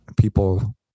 people